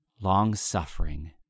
Long-suffering